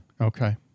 Okay